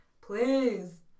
please